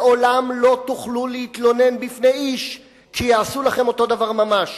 לעולם לא תוכלו להתלונן בפני איש כשיעשו לכם אותו דבר ממש,